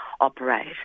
operate